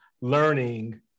learning